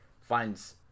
finds